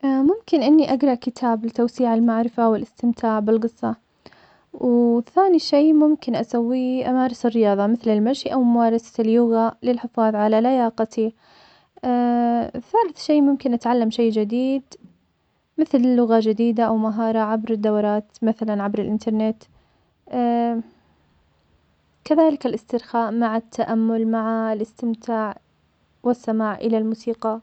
ممكن إني أقرا كتاب لتوسيع المعرفة والاستمتاع بالقصة, و ثاني شي ممكن اسويه, أمارس الرياضة, مثل المشي أو ممارسة اليوغا, للحفاظ على لياقتي, ثالث شي ممكن أتعلم شي جديد, مثل لغة جديدة, أو مهارة عبر الدورات مثلاً عبر الإنترنت, كذلك الإسترخاء مع التأمل مع الإستمتاع, والسماع إلى الموسيقى.